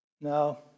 No